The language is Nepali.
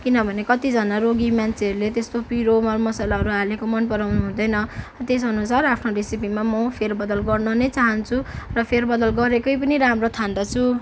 किनभने कतिजनाले रोगी मान्छेहरूले त्यस्तो पिरो मर मसालाहरू हालेको मन पराउनु हुँदैन त्यस अनुसार आफ्नो रेसिपीमा म फेरबदल गर्नु नै चहान्छु र फेरबदल गरेकै पनि राम्रो ठान्दछु